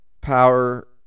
power